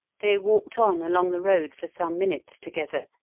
they walked on along the road for some minutes together,